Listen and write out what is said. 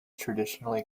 traditionally